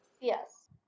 Yes